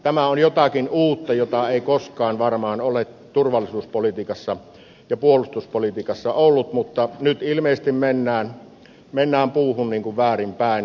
tämä on jotakin uutta jota ei koskaan varmaan ole turvallisuuspolitiikassa ja puolustuspolitiikassa ollut mutta nyt ilmeisesti mennään puuhun ikään kuin väärin päin